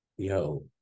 yo